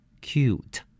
Cute